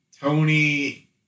Tony